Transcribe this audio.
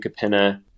Capenna